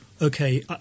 okay